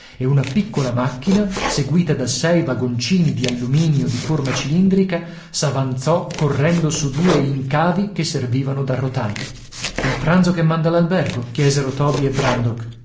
e una piccola macchina seguita da sei vagoncini di alluminio di forma cilindrica s'avanzò correndo su due incavi che servivano da rotaie il pranzo che manda l'albergo chiesero toby e brandok